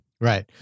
Right